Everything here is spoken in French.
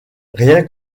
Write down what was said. rien